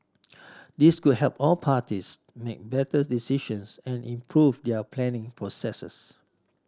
this could help all parties make better decisions and improve their planning processes